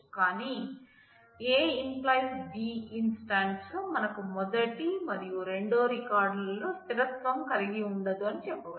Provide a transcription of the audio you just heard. కాని A → B ఇన్స్టాన్సులో మనకు మొదటి మరియు రెండో రికార్డులలో స్థిరత్వం కలిగి ఉండదు అని చెప్పవచ్చు